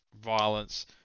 violence